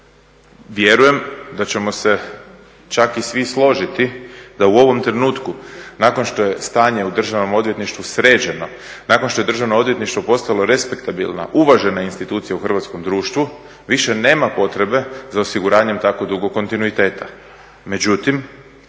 Vjerujem da ćemo se čak i svi složiti da u ovom trenutku nakon što je stanje u Državnom odvjetništvu sređeno, nakon što je Državno odvjetništvo postala respektabilna, uvažena institucija u hrvatskom društvu više nema potrebe za osiguranjem tako dugog kontinuiteta.